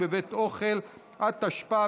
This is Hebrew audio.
עברה בקריאה הטרומית,